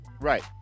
Right